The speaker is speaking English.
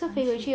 蛮 cheap